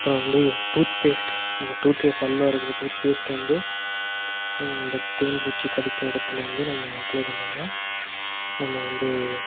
அப்புறம் வந்து toothpaste நம்ம த் பேஸ்ட் பல் விளக்குற டூத் பேஸ்ட்டை வந்து இந்த தேன் பூச்சி கடித்த இடத்துல வந்து நம்ம அப்ளை பண்ணோம்னால் நம்ம வந்து